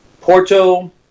porto